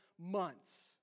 months